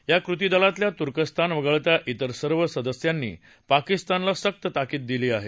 या कृतीदलातल्या तुर्कस्तान वगळता इतर सर्व सदस्यांनी पाकिस्तानला सक्त ताकीद केली आहे